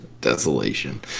desolation